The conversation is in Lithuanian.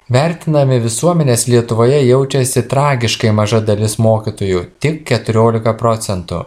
vertinami visuomenės lietuvoje jaučiasi tragiškai maža dalis mokytojų tik keturiolika procentų